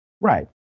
Right